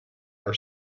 are